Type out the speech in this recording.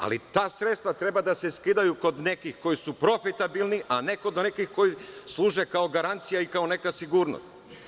Ali, ta sredstva treba da se skidaju kod nekih koji su profitabilni, a ne kod nekih koji služe kao garancija i kao neka sigurnost.